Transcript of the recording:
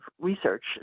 research